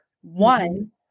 one